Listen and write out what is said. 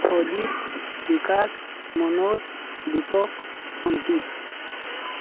Ajit Bikash Manoj Deepak Ankit